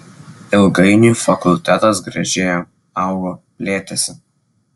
ilgainiui fakultetas gražėjo augo plėtėsi